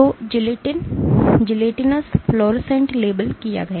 तो gelatinous fluorescent label किया गया